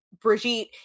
Brigitte